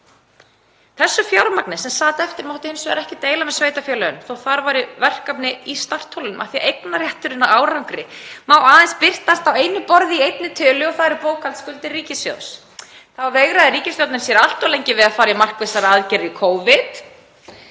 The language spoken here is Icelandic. Þessu fjármagni sem sat eftir mátti hins vegar ekki deila með sveitarfélögunum þótt þar væru verkefni í startholunum af því að eignarrétturinn á árangri má aðeins birtast á einu borði, í einni tölu og það eru bókhaldsskuldir ríkissjóðs. Þá veigraði ríkisstjórnin sér allt of lengi við að fara í markvissar aðgerðir í Covid